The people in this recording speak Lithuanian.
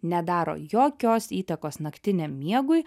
nedaro jokios įtakos naktiniam miegui